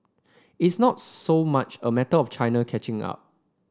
it's not so much a matter of China catching up